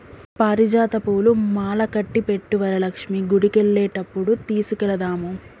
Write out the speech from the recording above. పారిజాత పూలు మాలకట్టి పెట్టు వరలక్ష్మి గుడికెళ్లేటప్పుడు తీసుకెళదాము